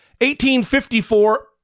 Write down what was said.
1854